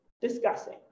discussing